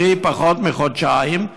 קרי פחות מחודשיים.